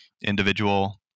individual